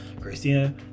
Christina